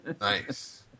Nice